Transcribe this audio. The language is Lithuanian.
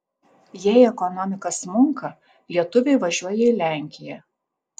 jei ekonomika smunka lietuviai važiuoja į lenkiją